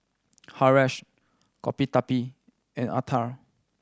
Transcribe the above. Haresh Gottipati and Atal